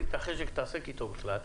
החשק להתעסק אתו בכלל.